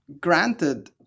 granted